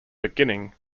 beginning